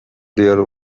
there